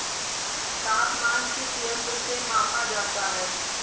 तापमान किस यंत्र से मापा जाता है?